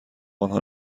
آنها